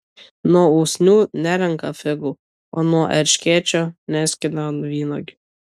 nuo usnių nerenka figų o nuo erškėčio neskina vynuogių